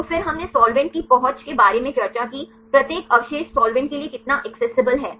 तो फिर हमने साल्वेंट की पहुंच के बारे में चर्चा की प्रत्येक अवशेष साल्वेंट के लिए कितना एक्सेसिबल है